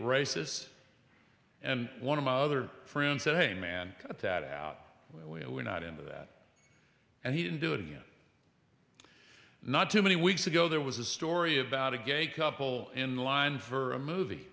racist and one of my other friends said hey man cut that out we're not into that and he didn't do it and not too many weeks ago there was a story about a gay couple in line for a movie